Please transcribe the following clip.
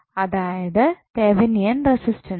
അതായത് Thevenin resistance